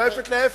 שואפת לאפס.